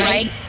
Right